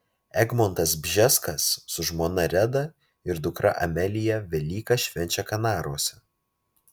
egmontas bžeskas su žmona reda ir dukra amelija velykas švenčia kanaruose